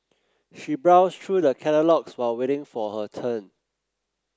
she browsed through the catalogues while waiting for her turn